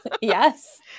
yes